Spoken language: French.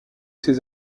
ces